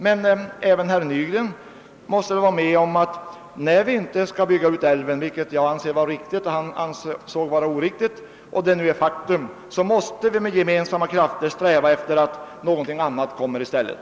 Men även herr Nygren måste medge att när det är ett faktum att man inte skall bygga ut älven, vilket jag i motsats till honom anser riktigt, måste vi med gemensamma krafter sträva efter att få någonting annat i stället.